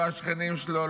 לא השכנים שלו,